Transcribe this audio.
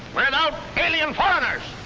and alien foreigners!